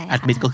Admit